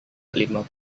lima